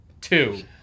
two